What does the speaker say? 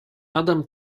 adam